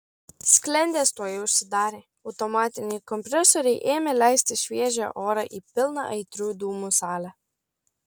sklendės tuoj užsidarė automatiniai kompresoriai ėmė leisti šviežią orą į pilną aitrių dūmų salę